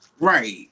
Right